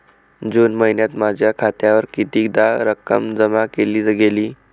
जून महिन्यात माझ्या खात्यावर कितीदा रक्कम जमा केली गेली?